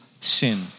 sin